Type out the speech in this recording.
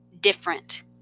different